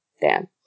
Dan